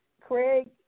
Craig